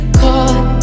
caught